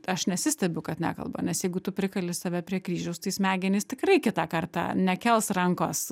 aš nesistebiu kad nekalba nes jeigu tu prikalti save prie kryžiaus tai smegenys tikrai kitą kartą nekels rankos